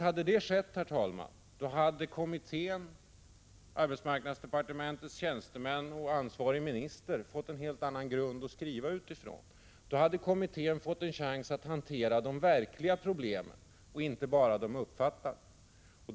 Hade så skett, hade kommittén, arbetsmarknadsdepartementets tjänstemän och ansvarig minister fått en helt annan grund att skriva från. Då hade kommittén fått en chans att hantera de verkliga problemen, inte bara de uppfattade.